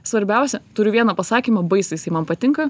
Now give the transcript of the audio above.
svarbiausia turiu vieną pasakymą baisiai jisai man patinka